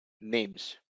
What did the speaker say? names